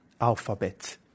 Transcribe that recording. alphabet